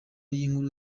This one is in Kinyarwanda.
y’inkuru